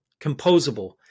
composable